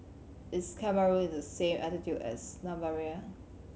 is Cameroon on the same latitude as Namibia